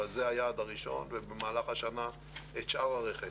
אבל זה היעד הראשון ובמהלך השנה נעשה את שאר הרכש.